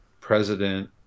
president